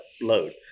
load